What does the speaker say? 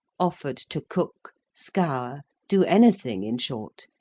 offered to cook, scour, do anything in short,